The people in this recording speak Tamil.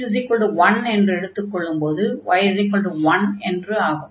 x1 என்று எடுத்துக் கொள்ளும்போது y1 என்று ஆகும்